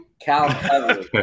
Cal